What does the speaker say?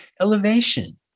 Elevation